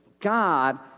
God